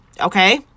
okay